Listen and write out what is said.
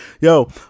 yo